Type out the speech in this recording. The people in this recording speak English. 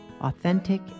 authentic